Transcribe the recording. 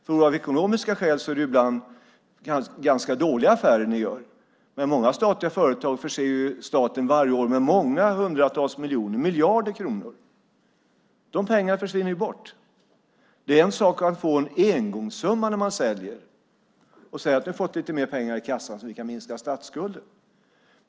Vore det av ekonomiska skäl måste man säga att det ibland är ganska dåliga affärer som ni gör. Många statliga företag förser varje år staten med många hundratals miljoner kronor, miljarder kronor. Dessa pengar försvinner bort. Det är en sak att få en engångssumma när man säljer och säga att man nu har fått lite mer pengar i kassan så att man kan minska statsskulden.